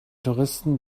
touristen